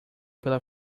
pela